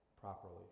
properly